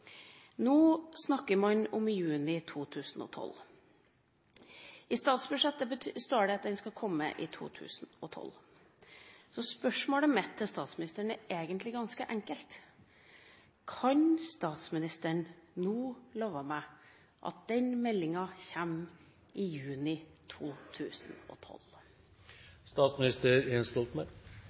Nå snakker man om juni 2012. I statsbudsjettet står det at den skal komme i 2012. Så spørsmålet mitt til statsministeren er egentlig ganske enkelt: Kan statsministeren nå love meg at den meldinga kommer i juni